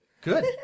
Good